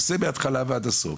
עושה מההתחלה ועד הסוף.